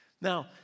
Now